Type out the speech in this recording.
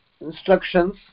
instructions